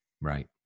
Right